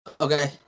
okay